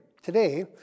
Today